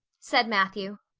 said matthew.